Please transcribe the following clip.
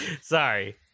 Sorry